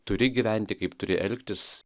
turi gyventi kaip turi elgtis